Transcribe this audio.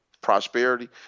prosperity